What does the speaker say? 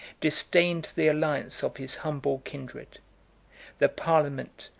disdained the alliance of his humble kindred the parliament,